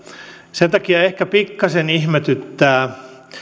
sen takia ehkä pikkasen ihmetyttää